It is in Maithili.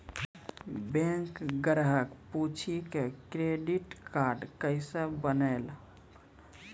बैंक ग्राहक पुछी की क्रेडिट कार्ड केसे बनेल?